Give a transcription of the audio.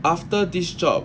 after this job